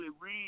read